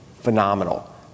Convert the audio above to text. phenomenal